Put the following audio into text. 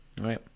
right